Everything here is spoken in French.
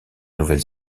nouvelle